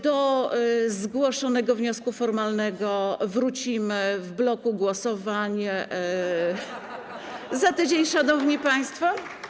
Do zgłoszonego wniosku formalnego wrócimy w bloku głosowań [[Wesołość na sali]] za tydzień, szanowni państwo.